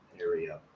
area